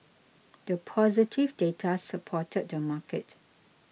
the positive data supported the market